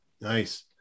nice